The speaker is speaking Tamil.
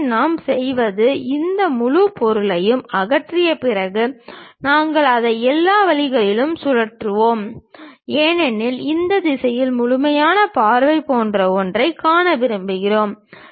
எனவே நாம் செய்வது இந்த முழு பொருட்களையும் அகற்றிய பிறகு நாங்கள் அதை எல்லா வழிகளிலும் சுழற்றுகிறோம் ஏனெனில் இந்த திசையில் முழுமையான பார்வை போன்ற ஒன்றைக் காண விரும்புகிறோம்